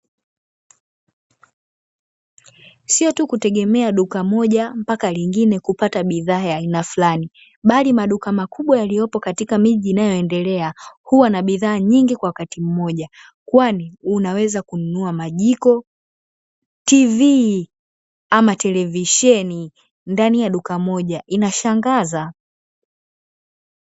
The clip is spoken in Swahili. Sio tu kutegemea duka moja mpaka lingine kupata bidhaa ya aina fulani, bali maduka makubwa yaliyopo katika miji inayoendelea huwa na bidhaa nyingi kwa wakati mmoja, kwani unaweza kununua majiko, "TV" ama televisheni ndani ya duka moja, inashangaza.